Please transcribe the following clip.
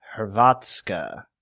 Hrvatska